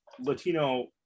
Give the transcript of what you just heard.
Latino